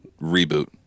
reboot